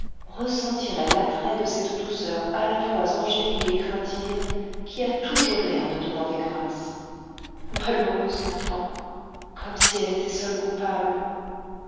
ressentiraient l'attrait de cette douceur à la fois angélique et craintive qui a toujours l'air de demander grâce malheureuse enfant comme si elle était seule coupable